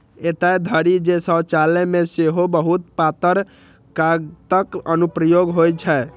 एतय धरि जे शौचालय मे सेहो बहुत पातर कागतक अनुप्रयोग होइ छै